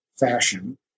fashion